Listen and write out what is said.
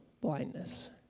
blindness